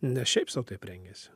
ne šiaip sau taip rengiasi